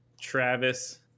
Travis